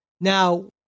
Now